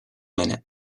minute